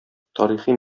тарихи